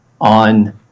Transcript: on